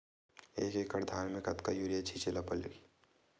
एक एकड़ धान में कतका यूरिया छिंचे ला लगही?